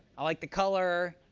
i like the color.